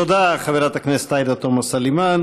תודה, חברת הכנסת עאידה תומא סלימאן.